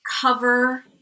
cover